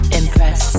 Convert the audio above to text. impress